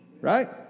right